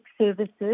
services